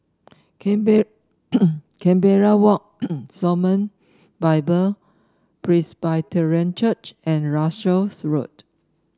Canberra Walk Shalom Bible Presbyterian Church and Russels Road